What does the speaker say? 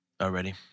already